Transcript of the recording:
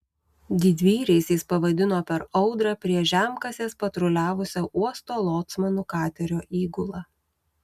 didvyriais jis pavadino per audrą prie žemkasės patruliavusią uosto locmanų katerio įgulą